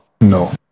No